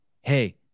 hey